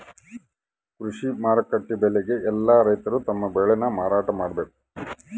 ಕೃಷಿ ಮಾರುಕಟ್ಟೆ ಬೆಲೆಗೆ ಯೆಲ್ಲ ರೈತರು ತಮ್ಮ ಬೆಳೆ ನ ಮಾರಾಟ ಮಾಡ್ಬೇಕು